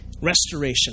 restoration